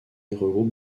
regroupent